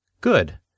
Good